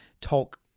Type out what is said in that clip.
talk